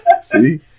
See